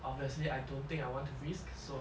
obviously I don't think I want to risk so